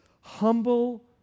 humble